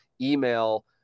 email